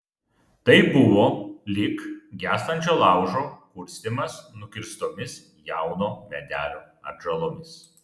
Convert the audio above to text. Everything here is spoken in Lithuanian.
tai buvo lyg gęstančio laužo kurstymas nukirstomis jauno medelio atžalomis